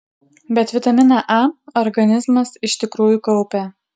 bet vitaminą a organizmas iš tikrųjų kaupia